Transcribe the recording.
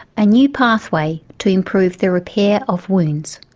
a new pathway to improve the repair of wounds.